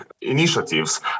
initiatives